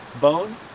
bone